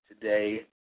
today